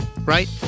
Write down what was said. right